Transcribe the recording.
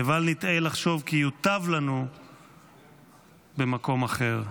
לבל נטעה לחשוב כי יוטב לנו במקום אחר: